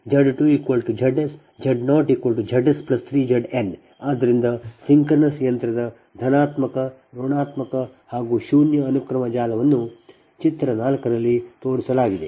ಆದ್ದರಿಂದ ಸಿಂಕ್ರೊನಸ್ ಯಂತ್ರದ ಧನಾತ್ಮಕ ಋಣಾತ್ಮಕ ಮತ್ತು ಶೂನ್ಯ ಅನುಕ್ರಮ ಜಾಲವನ್ನು ಚಿತ್ರ 4 ರಲ್ಲಿ ತೋರಿಸಲಾಗಿದೆ